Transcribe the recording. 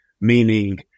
meaning